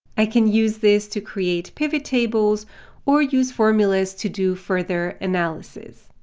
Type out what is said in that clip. i can use this to create pivot tables or use formulas to do further analysis.